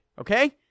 Okay